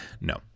No